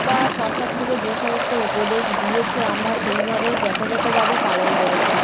বা সরকার থেকে যে সমস্ত উপদেশ দিয়েছে আমরা সেইভাবে যথাযথভাবে পালন করেছি